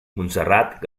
montserrat